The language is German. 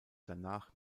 danach